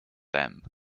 them